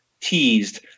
Teased